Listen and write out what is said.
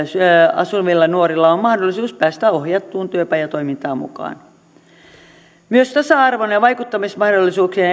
asuvilla nuorilla on mahdollisuus päästä ohjattuun työpajatoimintaan mukaan myös tasa arvon ja vaikuttamismahdollisuuksien